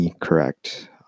Correct